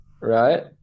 right